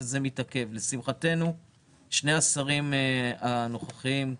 לשמחתנו שני השרים הנוכחיים,